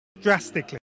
drastically